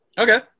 okay